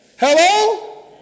Hello